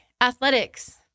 Athletics